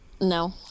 No